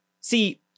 See